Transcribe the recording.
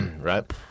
Right